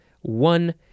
One